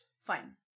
Fine